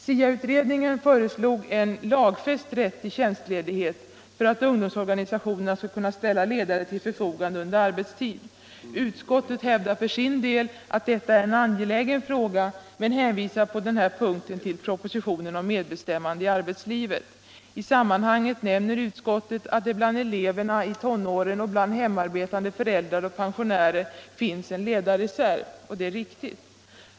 SIA-utredningen föreslog en lagfäst rätt till tjänstledighet för att ungdomsorganisationerna skulle kunna ställa ledare till förfogande under arbetstid. Utskottet hävdar för sin del att detta är en angelägen fråga, men hänvisar på den här punkten till propositionen om medbestämmande i arbetslivet. I sammanhanget nämner utskottet att det bland eleverna i tonåren och bland hemarbetande föräldrar och pensionärer finns en ledarreserv. Det är riktigt.